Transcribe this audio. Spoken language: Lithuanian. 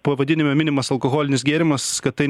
pavadinime minimas alkoholinis gėrimas kad tai